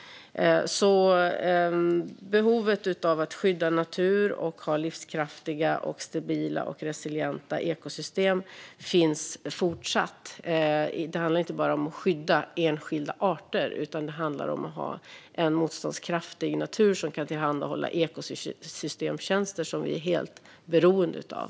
Behovet av att skydda natur och ha livskraftiga, stabila och resilienta ekosystem finns fortsatt. Det handlar inte bara om att skydda enskilda arter utan om att ha en motståndskraftig natur som kan tillhandahålla ekosystemtjänster som vi är helt beroende av.